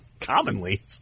Commonly